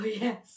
yes